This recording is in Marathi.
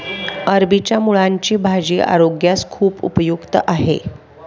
अरबीच्या मुळांची भाजी आरोग्यास खूप उपयुक्त आहे